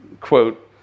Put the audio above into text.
quote